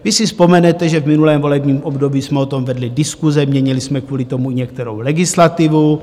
Vy si vzpomenete, že v minulém volebním období jsme o tom vedli diskuse, měnili jsme kvůli tomu i některou legislativu.